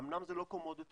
אמנם זה לא קומודיטי,